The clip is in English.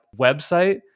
website